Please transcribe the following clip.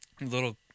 little